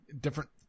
different